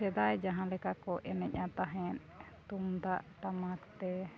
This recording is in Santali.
ᱥᱮᱫᱟᱭ ᱡᱟᱦᱟᱸ ᱞᱮᱠᱟ ᱠᱚ ᱮᱱᱮᱡᱼᱟ ᱛᱟᱦᱮᱸᱫ ᱛᱩᱢᱫᱟᱜ ᱴᱟᱢᱟᱠ ᱛᱮ